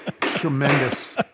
Tremendous